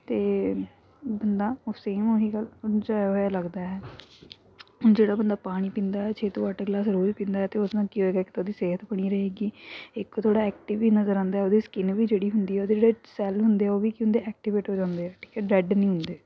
ਅਤੇ ਬੰਦਾ ਉਹ ਸੇਮ ਉਹ ਹੀ ਗੱਲ ਮੁਰਝਾਇਆ ਹੋਇਆ ਲੱਗਦਾ ਹੈ ਹੁਣ ਜਿਹੜਾ ਬੰਦਾ ਪਾਣੀ ਪੀਂਦਾ ਛੇ ਤੋਂ ਅੱਠ ਗਲਾਸ ਰੋਜ਼ ਪੀਂਦਾ ਅਤੇ ਉਸ ਨਾਲ ਕੀ ਹੋਵੇਗਾ ਇੱਕ ਤਾਂ ਉਹਦੀ ਸਿਹਤ ਬਣੀ ਰਹੇਗੀ ਇੱਕ ਉਹ ਥੋੜ੍ਹਾ ਐਕਟਿਵ ਵੀ ਨਜ਼ਰ ਆਉਂਦਾ ਉਹਦੀ ਸਕਿਨ ਵੀ ਜਿਹੜੀ ਹੁੰਦੀ ਉਹਦੇ ਜਿਹੜੇ ਸੈਲ ਹੁੰਦੇ ਉਹ ਵੀ ਕੀ ਹੁੰਦੇ ਐਕਟੀਵੇਟ ਹੋ ਜਾਂਦੇ ਆ ਠੀਕ ਹੈ ਡੈਡ ਨਹੀਂ ਹੁੰਦੇ